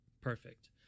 perfect